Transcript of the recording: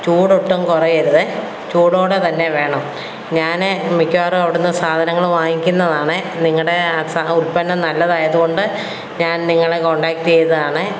ചൂടൊട്ടും കുറയരുതെ ചൂടോടെ തന്നെ വേണം ഞാൻ മിക്കവാറും അവിയ്യെ നിന്നു സാധനങ്ങൾ വാങ്ങിക്കുന്നതാണെ നിങ്ങളുടെ ആ സ ഉത്പ്പന്നം നല്ലതായതു കൊണ്ട് ഞാൻ നിങ്ങളെ കൊണ്ടാക്റ്റ് ചെയ്താണെ